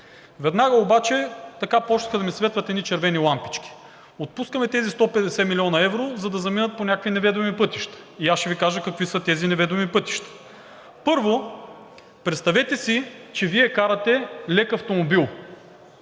Веднага обаче започнаха да ми светват едни червени лампички. Отпускаме тези 150 млн. евро, за да заминат по някакви неведоми пътища, и аз ще Ви кажа какви са тези неведоми пътища. Първо, представете си, че Вие карате лек автомобил